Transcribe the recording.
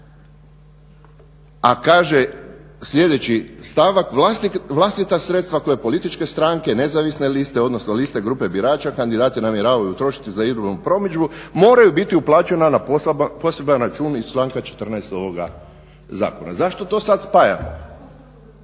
A kaže sljedeći stavak vlastita sredstva koje političke stranke nezavisne liste odnosno liste grupe birača kandidati namjeravaju utrošiti za … moraju biti uplaćena na poseban račun iz članka 14.ovoga zakona. Zašto to sada spajamo?